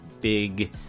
big